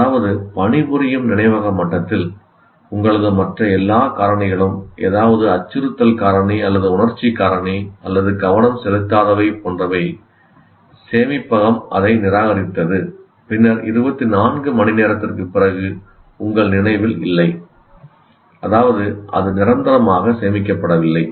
அதாவது பணிபுரியும் நினைவக மட்டத்தில் உங்களது மற்ற எல்லா காரணிகளும் அதாவது அச்சுறுத்தல் காரணி அல்லது உணர்ச்சி காரணி அல்லது கவனம் செலுத்தாதவை போன்றவை சேமிப்பகம் அதை நிராகரித்தது பின்னர் 24 மணி நேரத்திற்குப் பிறகு உங்கள் நினைவில் இல்லை அதாவது அது நிரந்தரமாக சேமிக்கப்படவில்லை